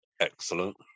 Excellent